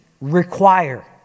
require